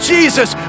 Jesus